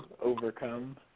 overcome